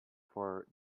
for